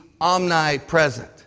omnipresent